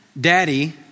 daddy